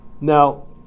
Now